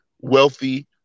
wealthy